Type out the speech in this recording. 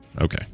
Okay